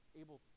able